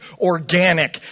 organic